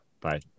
Bye